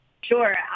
Sure